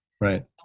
Right